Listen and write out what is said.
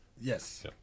Yes